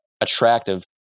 attractive